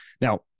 Now